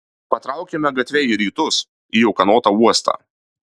patraukėme gatve į rytus į ūkanotą uostą